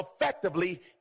effectively